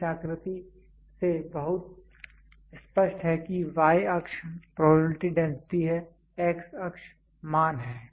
इस आकृति से यह बहुत स्पष्ट है कि y अक्ष प्रोबेबिलिटी डेंसिटी है x अक्ष मान है